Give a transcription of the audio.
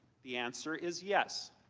the answer is yes.